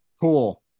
Cool